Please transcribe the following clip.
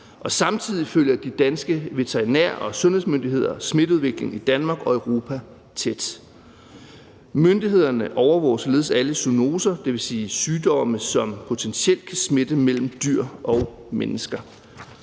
Samtidig følger de danske veterinær- og sundhedsmyndigheder smitteudviklingen i Danmark og Europa tæt. Myndighederne overvåger således alle zoonoser, dvs. sygdomme, som potentielt kan smitte mellem dyr og mennesker.